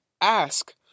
ask